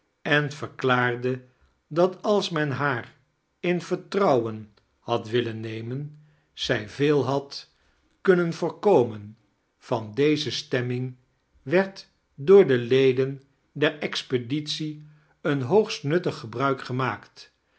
jea yerklaarde dat als men haar in vexte-auwen had willen nemen zij veel had kunnen voorkomen van deze stemming werd door de leden der expeditie een hoogst nuttig gebruik gemaakt